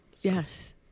Yes